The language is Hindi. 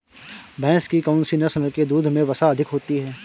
भैंस की कौनसी नस्ल के दूध में वसा अधिक होती है?